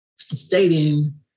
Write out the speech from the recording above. stating